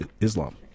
Islam